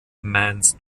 mans